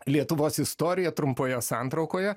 lietuvos istoriją trumpoje santraukoje